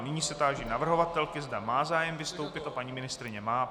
Nyní se táži navrhovatelky, zda má zájem vystoupit a paní ministryně má.